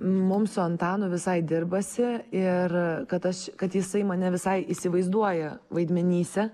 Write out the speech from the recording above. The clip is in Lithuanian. mum su antanu visai dirbasi ir kad aš kad jisai mane visai įsivaizduoja vaidmenyse